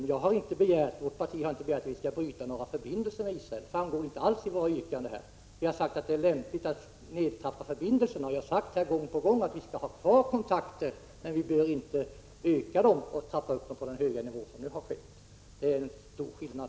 Vårt parti har inte begärt att vi skall bryta några förbindelser med Israel. Något sådant finns inte alls med i våra yrkanden. Vi har sagt att det är lämpligt att nedtrappa förbindelserna. Gång på gång har jag sagt att vi bör ha kvar kontakterna, men de bör inte ligga på den nuvarande höga nivån eller ökas. Detta är en stor skillnad.